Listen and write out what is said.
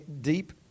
deep